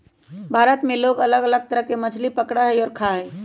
भारत में लोग अलग अलग तरह के मछली पकडड़ा हई और खा हई